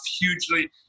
hugely